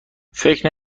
فکر